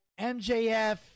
MJF